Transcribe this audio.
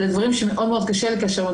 אלה דברים שמאוד מאוד קשה לקשר.